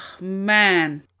man